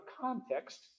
context